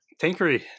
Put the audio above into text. Tankery